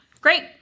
Great